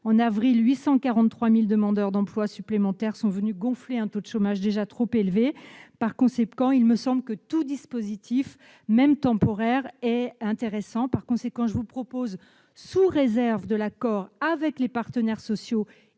En avril, 843 000 demandeurs d'emploi supplémentaires sont venus gonfler un taux de chômage déjà trop élevé. Par conséquent, il me semble que tout dispositif, même temporaire, est intéressant. C'est pourquoi je propose d'ouvrir la possibilité, sous réserve d'un accord avec les partenaires sociaux